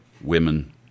women